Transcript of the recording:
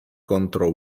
contro